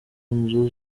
inzu